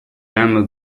hanno